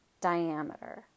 diameter